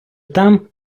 там